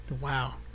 Wow